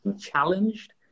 Challenged